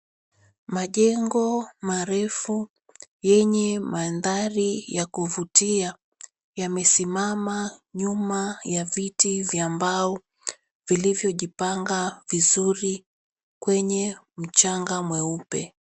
Majengo marefu yenye mandhari ya kuvutia, yamesimama nyuma ya viti vya mbao vilivyojipanga vizuri kwenye mchanga mweupe.